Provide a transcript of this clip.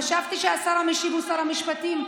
חשבתי שהשר המשיב הוא שר המשפטים.